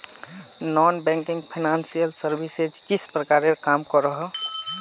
Non banking financial services किस प्रकार काम करोहो?